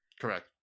Correct